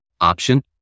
option